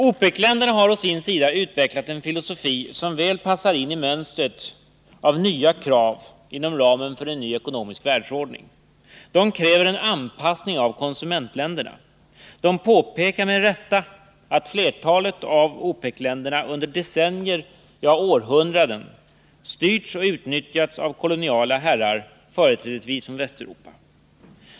OPEC-länderna har å sin sida utvecklat en filosofi som väl passar in i mönstret av nya krav inom ramen för en ny ekonomisk världsordning. De kräver en ”anpassning” av konsumentländerna. De påpekar, med rätta, att flertalet av OPEC-länderna under decennier — ja, århundraden — styrts och utnyttjats av koloniala herrar, företrädesvis från Västeuropa.